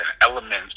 elements